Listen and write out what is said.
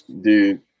dude